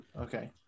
okay